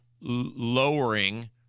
lowering